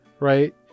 Right